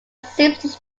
seems